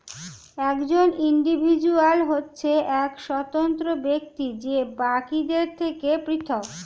একজন ইন্ডিভিজুয়াল হচ্ছে এক স্বতন্ত্র ব্যক্তি যে বাকিদের থেকে পৃথক